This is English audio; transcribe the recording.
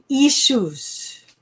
issues